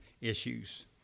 issues